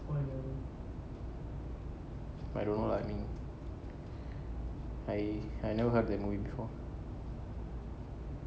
but I don't know like I mean I I never heard that movie before